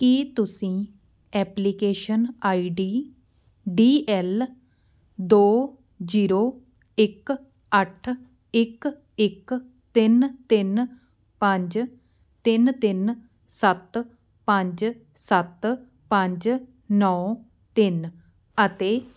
ਕੀ ਤੁਸੀਂ application I D D L ਦੋ zero ਇੱਕ ਅੱਠ ਇੱਕ ਇੱਕ ਤਿੰਨ ਤਿੰਨ ਪੰਜ ਤਿੰਨ ਤਿੰਨ ਸੱਤ ਪੰਜ ਸੱਤ ਪੰਜ ਨੌ ਤਿੰਨ ਅਤੇ